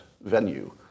venue